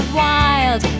wild